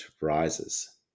rises